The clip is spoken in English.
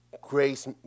grace